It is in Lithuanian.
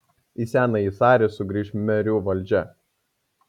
į senąjį sarį sugrįš merių valdžia